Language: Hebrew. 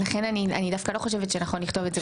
לכן אני דווקא לא חושבת שנכון לכתוב את זה,